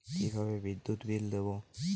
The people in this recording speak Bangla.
কিভাবে বিদ্যুৎ বিল দেবো?